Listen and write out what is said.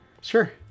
sure